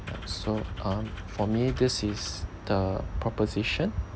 so um for me this is the proposition